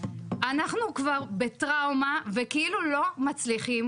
אנחנו כבר בטראומה וכאילו לא מצליחים